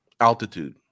altitude